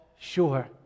sure